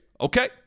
Okay